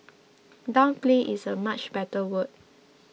downplay is a much better word